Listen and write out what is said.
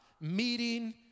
meeting